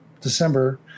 December